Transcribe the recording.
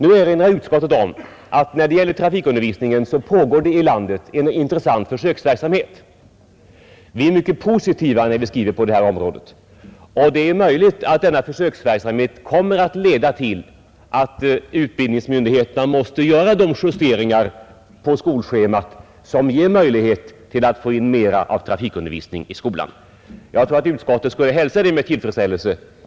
Utskottet erinrar om att när det gäller trafikundervisningen pågår det här i landet en intressant försöksverksamhet, och det är möjligt att den verksamheten kommer att leda till att utbildningsmyndigheterna kommer att göra en del justeringar på skolschemat som ger oss möjligheter att få in mera undervisning i trafikkunskap i skolan, Utskottets skrivning är mycket positiv på den punkten. Jag tror också att utskottet skulle hälsa en sådan justering med tillfredsställelse.